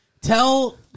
Tell